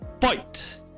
Fight